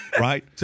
right